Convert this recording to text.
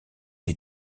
les